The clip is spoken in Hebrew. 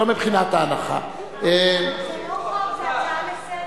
הוא כבר הונח.